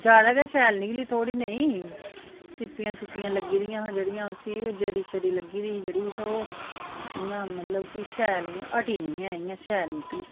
ज्यादा गै शैल निकली थोह्ड़ी नेईं सिप्पियां सुप्पियां लग्गी दियां हियां जेह्ड़ियां उसी ओह् जरी शरी लग्गी दी ही जेह्ड़ी ते ओह् इ'यां मतलब कि शैल हियां ह्ट्टी नी ऐ इ'यां शैल निकली